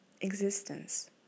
Existence